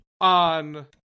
on